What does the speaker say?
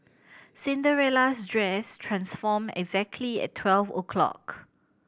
Cinderella's dress transformed exactly at twelve o' clock